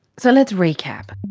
so let's recap.